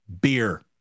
beer